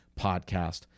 Podcast